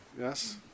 yes